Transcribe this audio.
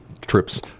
trips